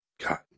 God